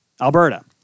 Alberta